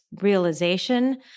realization